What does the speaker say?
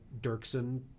Dirksen